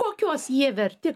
kokios jie verti